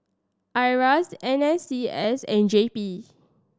IRAS N S C S and J P